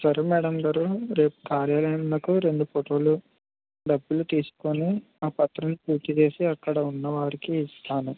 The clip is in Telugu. సరే మేడం గారు రేపు కార్యాలయమునకు రెండు ఫోటోలు డబ్బులు తీసుకుని ఆ పత్రం పూర్తి చేసి అక్కడ ఉన్నవారికి ఇస్తాను